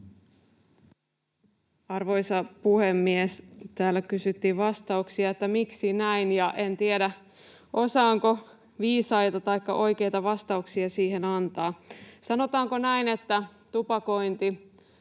Arvoisa puhemies! Täällä kysyttiin vastauksia siihen, miksi näin, ja en tiedä, osaanko viisaita taikka oikeita vastauksia siihen antaa. Sanotaanko näin, että tupakointi,